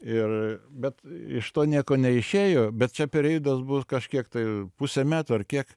ir bet iš to nieko neišėjo bet čia periodas bus kažkiek tai pusę metų ar kiek